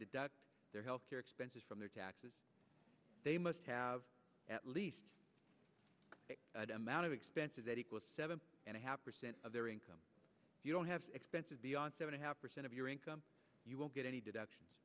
deduct their health care expenses from their taxes they must have at least that amount of expenses that equals seven and a half percent of their income if you don't have expenses beyond seven a half percent of your income you won't get any deductions